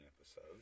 episode